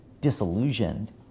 disillusioned